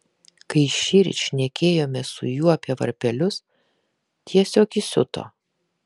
kai šįryt šnekėjomės su juo apie varpelius tiesiog įsiuto